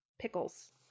Pickles